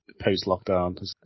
post-lockdown